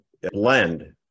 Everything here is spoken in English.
Blend